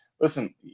listen